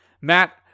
Matt